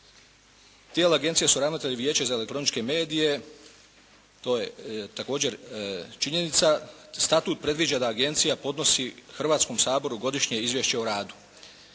Tijela agencije su ravnatelji Vijeća za elektroničke medije. To je također činjenica. Statut predviđa da agencija podnosi Hrvatskom saboru godišnje izvješće o radu.